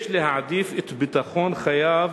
יש להעדיף את ביטחון חייו